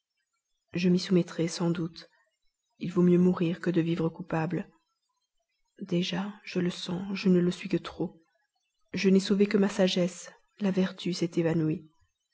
je m'y soumettrai sans doute il vaut mieux mourir que de vivre coupable déjà je le sens je ne le suis que trop je n'ai sauvé que ma sagesse la vertu s'est évanouie